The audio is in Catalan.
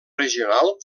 regional